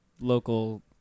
Local